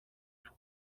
του